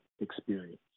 experience